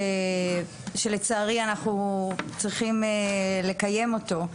שלצערי אנחנו צריכים לקיים אותו.